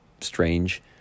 strange